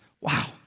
Wow